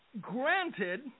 granted